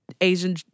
Asian